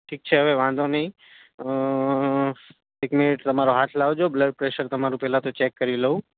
ઠીક છે હવે વાંધો નઈ એક મિનીટ તમારો હાથ લાવજો બ્લડ પ્રેશર તમારું પહેલાં તો ચેક કરી લઉં